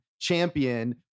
champion